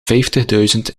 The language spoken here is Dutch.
vijftigduizend